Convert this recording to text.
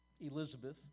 Elizabeth